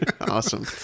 Awesome